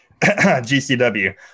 GCW